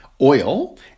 oil